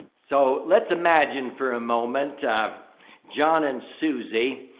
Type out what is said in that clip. so, let's imagine for a moment john and susie.